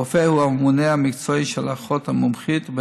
הרופא הוא הממונה המקצועי של האחות המומחית,